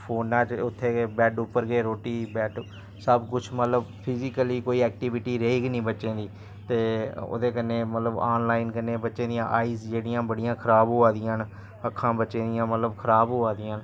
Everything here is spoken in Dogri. फोना च उत्थै गै बैड्ड उप्पर गै रोटी बैड्ड सब कुछ मतलब फिजिकली कोई ऐक्टीविटी रेही गै निं बच्चें दी ते ओह्दे कन्नै मतलब आनलाइन कन्नै बच्चें दियां आइज जेह्ड़ियां बड़ियां खराब होआ दियां न अक्खां बच्चे दियां मतलब खराब होआ दियां न